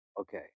okay